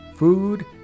Food